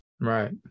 Right